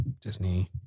Disney